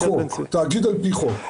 תאגיד על-פי חוק.